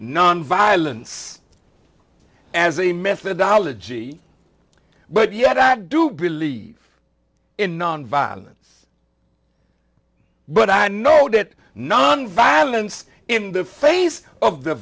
nonviolence as a methodology but yet i do believe in nonviolence but i know that nonviolence in the face of the